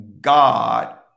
God